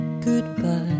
Goodbye